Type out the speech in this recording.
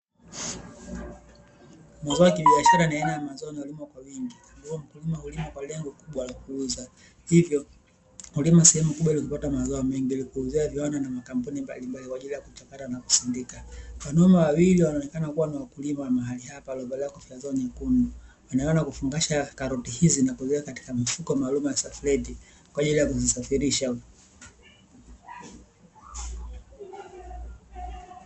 Mazao ya kibiashara ni aina ya mazao yanayo limwa kwa wingi, mkulima hulima kwa lengo kubwa la kuuza, Hivyo hulima sehemu kubwa ili kupata mazao mengi ili kuuzia viwanda na makampuni mbalimbali kwa ajili ya kuchakata na kusindika. Wanaume wawili wanaonekana kuwa ni wakulima wa mahali hapa walio valia kofia zao nyekundu wanaendele kufungasha kaloti hizi na kuweka katika mifuko maalimu na salufeti kwa ajili ya kuzisafislisha.